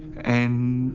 and